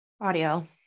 Audio